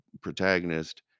protagonist